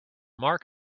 mark